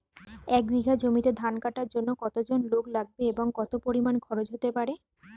এক বিঘা জমিতে ধান কাটার জন্য কতজন লোক লাগবে এবং কত পরিমান খরচ হতে পারে?